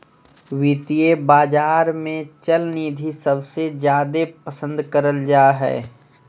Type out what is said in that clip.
वित्तीय बाजार मे चल निधि सबसे जादे पसन्द करल जा हय